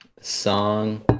song